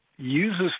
uses